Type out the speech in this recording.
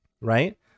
right